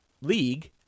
league